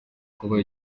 kuba